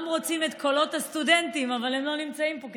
רוצים את קולות הסטודנטים אבל הם לא נמצאים פה,